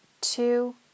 Two